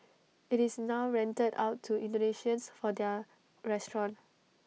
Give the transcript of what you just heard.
IT is now rented out to Indonesians for their restaurant